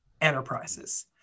Enterprises